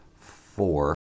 four